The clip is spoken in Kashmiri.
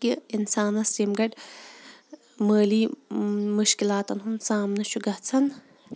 کہِ اِنسانَس ییٚمہ گڑِ مٲلی مُشکِلاتن ہُند سامنہٕ چھُ گژھان